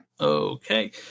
Okay